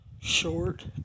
short